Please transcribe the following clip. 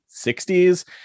60s